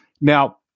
Now